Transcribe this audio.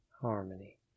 Harmony